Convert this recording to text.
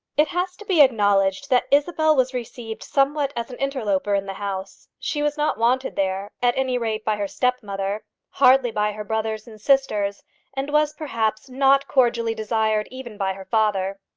it has to be acknowledged that isabel was received somewhat as an interloper in the house. she was not wanted there, at any rate by her stepmother hardly by her brothers and sisters and was, perhaps, not cordially desired even by her father.